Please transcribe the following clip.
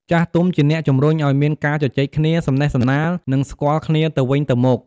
ចាស់ទុំជាអ្នកជំរុញឲ្យមានការជជែកគ្នា សំណេះសំណាល និងស្គាល់គ្នាទៅវិញទៅមក។